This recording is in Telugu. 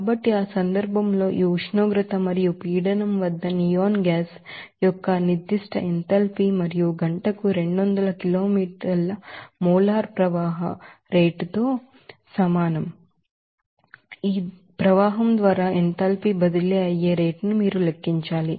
కాబట్టి ఆ సందర్భంలో ఈ ఉష్ణోగ్రత మరియు ప్రెషర్ వద్ద నియాన్ వాయువు యొక్క నిర్దిష్ట ఎంథాల్పీ మరియు గంటకు 200 కిలోమీటర్ల మోలార్ ఫ్లో రేట్ తో మీ ప్రవాహం ద్వారా ఆ ఎంథాల్పీ బదిలీ అయ్యే రేటును మీరు లెక్కించాలి